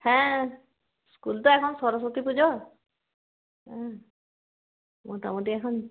হ্যাঁ স্কুল তো এখন সরস্বতী পুজো অ্যাঁ মোটামুটি এখন